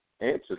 answer